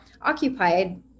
occupied